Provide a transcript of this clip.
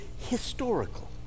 historical